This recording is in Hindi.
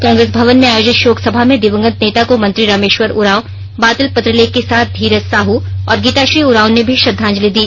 कांग्रेस भवन में आयोजित शोक सभा में दिवंगत नेता को मंत्री रामेष्वर उरावं बादल पत्रलेख के साथ धीरज साहू और गीताश्री उरावं ने भी श्रद्वांजलि दी